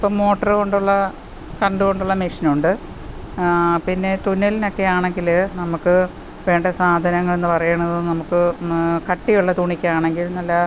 ഇപ്പം മോട്ടറ് കൊണ്ടുള്ള പമ്പ് കൊണ്ടുള്ള മെഷിനുണ്ട് പിന്നെ തുന്നലിനൊക്കെ ആണെങ്കിൽ നമുക്ക് വേണ്ട സാധനങ്ങളെന്ന് പറയുന്നത് നമുക്ക് കട്ടി ഉള്ള തുണിക്കാണെങ്കിൽ നല്ല